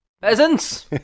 peasants